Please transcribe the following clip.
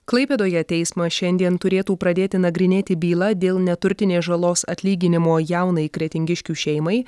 klaipėdoje teismas šiandien turėtų pradėti nagrinėti bylą dėl neturtinės žalos atlyginimo jaunai kretingiškių šeimai